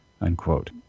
unquote